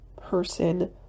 person